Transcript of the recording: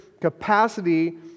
capacity